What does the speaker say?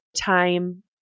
time